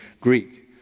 Greek